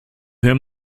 him